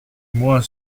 moi